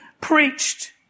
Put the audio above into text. preached